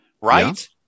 right